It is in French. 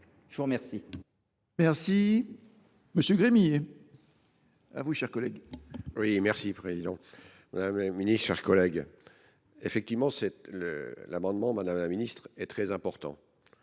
Je vous remercie